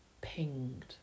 pinged